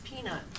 Peanut